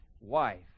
wife